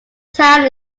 town